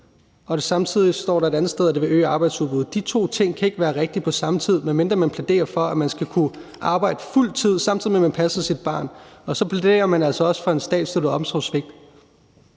børn ud, og der et andet sted står, at det vil øge arbejdsudbuddet. De to ting kan ikke være rigtige på samme tid, medmindre man plæderer for, at en person skal kunne arbejde fuld tid, samtidig med at vedkommende passer sit barn, og så plæderer man altså også for et statsstøttet omsorgssvigt.